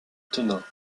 tonneins